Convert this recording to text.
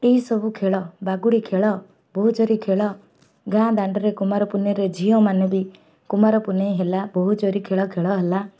ଏଇସବୁ ଖେଳ ବାଗୁଡ଼ି ଖେଳ ବହୁଚୋରି ଖେଳ ଗାଁ ଦାଣ୍ଡରେ କୁମାରପୂର୍ଣ୍ଣିମାରେ ଝିଅମାନେ ବି କୁମାର ପୂର୍ଣ୍ଣିମା ହେଲା ବହୁଚୋରି ଖେଳ ଖେଳ ହେଲା